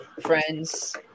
friends